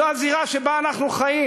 זו הזירה שבה אנחנו חיים.